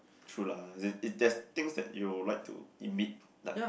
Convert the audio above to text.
true lah there's things that you would like to emit like